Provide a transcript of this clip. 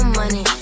money